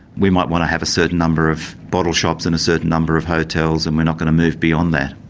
we might want to have a certain number of bottle shops and a certain number of hotels and we're not going to move beyond that'.